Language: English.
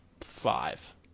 five